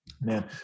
man